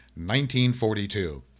1942